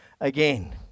again